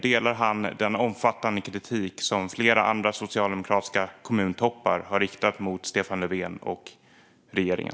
Delar han den omfattande kritik som flera andra socialdemokratiska kommuntoppar har riktat mot Stefan Löfven och regeringen?